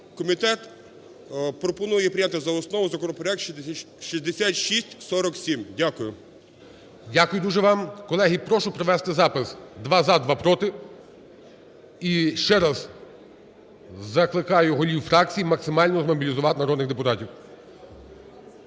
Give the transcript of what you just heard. Комітет пропонує прийняти за основу законопроект 6647. Дякую. ГОЛОВУЮЧИЙ. Дякую дуже вам. Колеги, прошу провести запис: два – за, два – проти. І ще раз закликаю голів фракцій максимально змобілізувати народних депутатів.